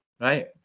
right